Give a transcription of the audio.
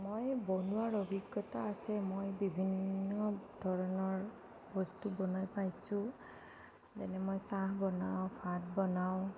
মই বনোৱাৰ অভিজ্ঞতা আছে মই বিভিন্ন ধৰণৰ বস্তু বনাই পাইছোঁ যেনে মই চাহ বনাওঁ ভাত বনাওঁ